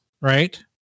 right